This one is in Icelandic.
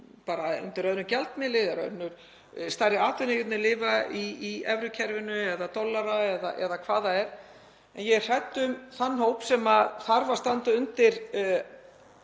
bara undir öðrum gjaldmiðli og stærri atvinnuvegirnir lifa í evrukerfinu eða dollarakerfinu eða hvað það er en ég er hrædd um þann hóp sem þarf að standa undir